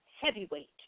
heavyweight